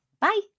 Bye